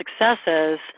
successes